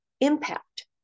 impact